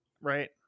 right